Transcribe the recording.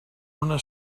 una